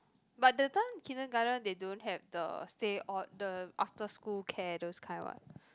but that time kindergarten they don't have the stay all the after school care those kind what